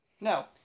No